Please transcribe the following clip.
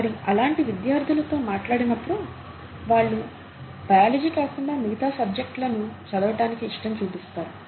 మరి అలాంటి విద్యార్థులతో మాట్లాడినప్పుడు వాళ్ళు మరి బయాలజీ కాకుండా మిగితా సబ్జెక్టులను చదవటానికి ఇష్టం చూపిస్తారు